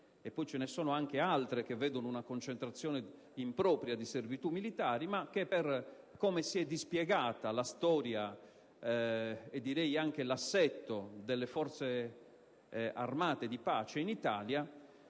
(ce ne sono altre che vedono una concentrazione impropria di servitù militari) per come si è dispiegata la storia e l'assetto delle Forze armate di pace in Italia,